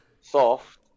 soft